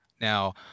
Now